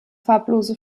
farblose